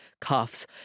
cuffs